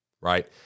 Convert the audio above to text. right